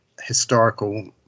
historical